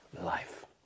life